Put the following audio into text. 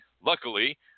Luckily